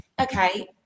okay